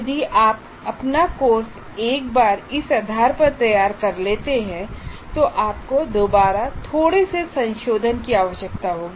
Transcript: यदि आप अपना कोर्स एक बार इस आधार पर तैयार कर लेते हैं तो आपको दोबारा थोड़े से संशोधन की आवश्यकता होगी